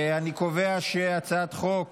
אני קובע שהצעת חוק